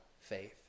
faith